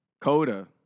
Coda